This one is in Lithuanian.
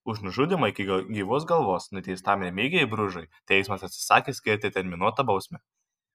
už nužudymą iki gyvos galvos nuteistam remigijui bružui teismas atsisakė skirti terminuotą bausmę